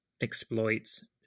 exploits